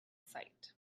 sight